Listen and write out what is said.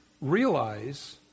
realize